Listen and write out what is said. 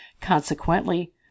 Consequently